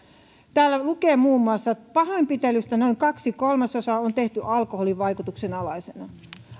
täällä lukee muun muassa pahoinpitelyistä noin kaksi kolmasosaa on tehty alkoholin vaikutuksen alaisena